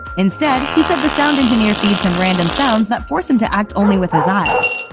instead, he said the sound engineer feds him random sounds that force him to act only with his eyes.